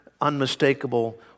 unmistakable